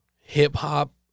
hip-hop